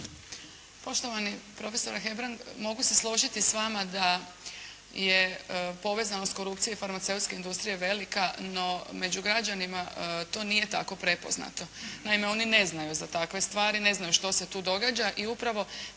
Poštovani profesore Hebrang, mogu se složiti s vama da je povezanost korupcije i farmaceutske industrije velika, no među građanima to nije tako prepoznato. Naime, oni ne znaju za takve stvari, ne znaju što se tu događa i upravo